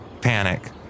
panic